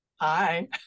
Hi